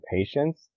patience